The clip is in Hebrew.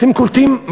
אתם קולטים?